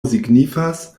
signifas